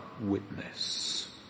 witness